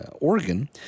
Oregon